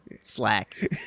slack